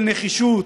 של נחישות,